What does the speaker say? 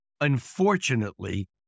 Unfortunately